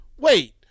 Wait